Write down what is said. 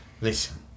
Listen